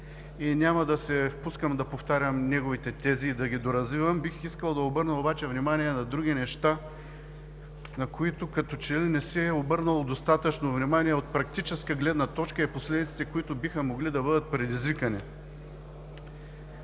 и няма да се впускам да повтарям неговите тези и да ги доразвивам. Бих искал да обърна обаче внимание на други неща, на които, като че ли не се е обърнало достатъчно внимание от практическа гледна точка и последиците, които биха могли да бъдат предизвикани.